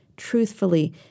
Truthfully